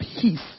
peace